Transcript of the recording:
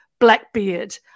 Blackbeard